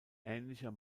ähnlicher